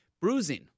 Bruising